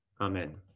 Amen